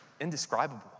indescribable